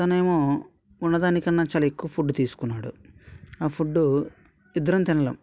తను ఏమో ఉన్నదాని కన్నా చాలా ఎక్కువ ఫుడ్ తీసుకున్నాడు ఆ ఫుడ్ ఇద్దరం తినలేం